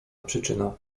przyczyna